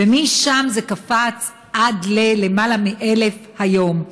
ומשם זה קפץ עד ללמעלה מ-1,000 היום.